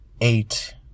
eight